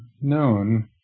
known